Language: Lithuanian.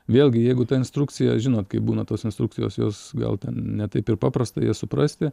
vėlgi jeigu ta instrukcija žinot kaip būna tos instrukcijos jos gal ten ne taip ir paprasta jas suprasti